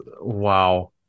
wow